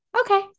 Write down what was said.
okay